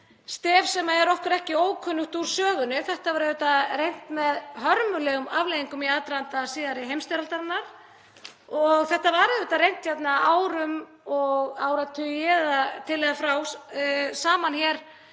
stef sem er okkur ekki ókunnugt úr sögunni. Þetta var auðvitað reynt með hörmulegum afleiðingum í aðdraganda síðari heimsstyrjaldarinnar og þetta var reynt árum og áratugum, til eða frá, saman hér